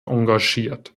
engagiert